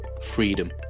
freedom